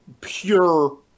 pure